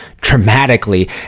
dramatically